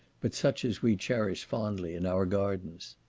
but such as we cherish fondly in our gardens.